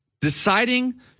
deciding